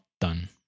done